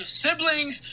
siblings